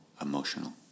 emotional